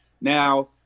Now